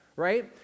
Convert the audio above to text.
right